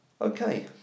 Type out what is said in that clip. okay